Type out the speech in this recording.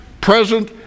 present